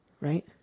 right